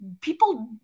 people